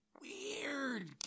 weird